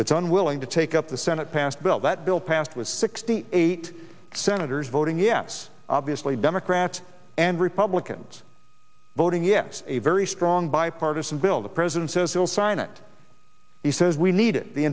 it's unwilling to take up the senate passed bill that bill passed with sixty eight senators voting yes obviously democrats and republicans voting yes a very strong bipartisan bill the president says he'll sign it he says we need it the